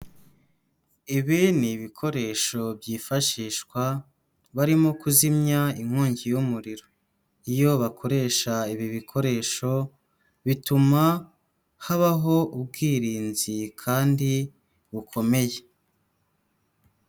Ibi ni ibikoresho, byifashishwa barimo kuzimya inkongi y'umuriro. Iyo bakoresha ibi bikoresho, bituma habaho ubwirinzi, kandi bukomeye.